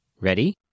Ready